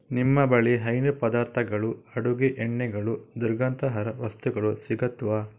ನಿಮ್ಮ ಬಳಿ ಹೈನು ಪದಾರ್ಥಗಳು ಅಡುಗೆ ಎಣ್ಣೆಗಳು ದುರ್ಗಂಧಹರ ವಸ್ತುಗಳು ಸಿಗುತ್ತವಾ